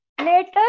Later